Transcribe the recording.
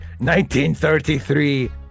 1933